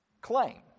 claim